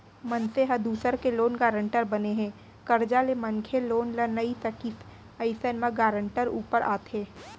मनसे ह दूसर के लोन गारेंटर बने हे, करजा ले मनखे लोन ल नइ सकिस अइसन म गारेंटर ऊपर आथे